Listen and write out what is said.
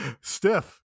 Stiff